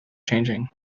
changing